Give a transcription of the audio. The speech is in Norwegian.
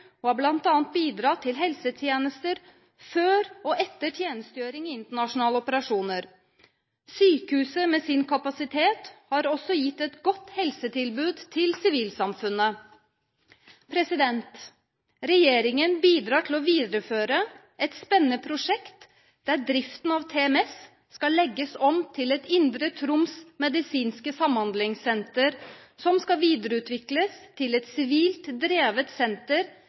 personell og bl.a. bidratt til helsetjenester før og etter tjenestegjøring i internasjonale operasjoner. Sykehuset har med sin kapasitet også gitt et godt helsetilbud til sivilsamfunnet. Regjeringen bidrar til å videreføre et spennende prosjekt der driften av TMS skal legges om til et Indre Troms medisinske samhandlingssenter, som skal videreutvikles til et sivilt drevet senter